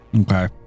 Okay